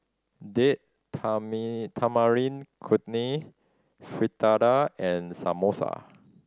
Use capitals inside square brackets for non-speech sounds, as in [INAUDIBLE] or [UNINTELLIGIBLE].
Date [UNINTELLIGIBLE] Tamarind Chutney Fritada and Samosa